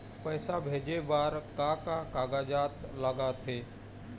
पैसा भेजे बार का का कागजात लगथे?